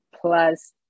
plus